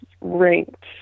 ranked